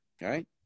Right